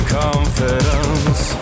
confidence